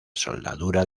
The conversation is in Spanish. soldadura